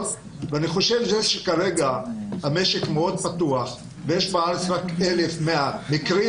ואני חושב שזה שכרגע המשק מאוד פתוח ויש בארץ רק 1,100 מקרים